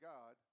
God